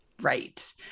Right